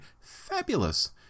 fabulous